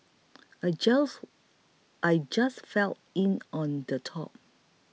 I just I just fell in on the top